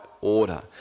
order